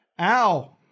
Ow